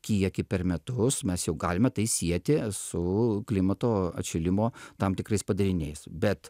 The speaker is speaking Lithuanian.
kiekį per metus mes jau galime tai sieti su klimato atšilimo tam tikrais padariniais bet